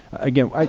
again,